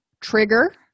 trigger